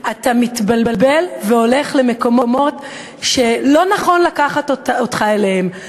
אתה מתבלבל והולך למקומות שלא נכון לקחת אותך אליהם,